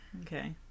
okay